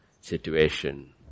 situation